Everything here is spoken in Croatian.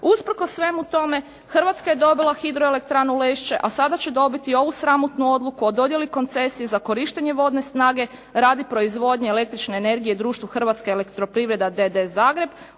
usprkos svemu tome Hrvatska je dobila Hidroelektranu Lešće a sada će dobiti ovu sramotnu odluku o dodjeli koncesije za korištenje vodne snage radi proizvodnje električne energije Društvu Hrvatska elektroprivreda d.d. Zagreba